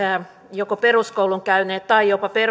joko peruskoulun käyneet tai jopa